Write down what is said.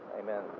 Amen